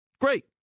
Great